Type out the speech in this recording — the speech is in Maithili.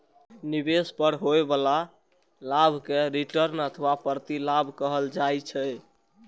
निवेश पर होइ बला लाभ कें रिटर्न अथवा प्रतिलाभ कहल जाइ छै